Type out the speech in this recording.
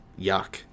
Yuck